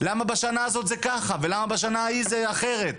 למה בשנה הזאת זה ככה ולמה בשנה ההיא זה אחרת.